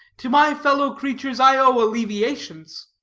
to my fellow-creatures i owe alleviations.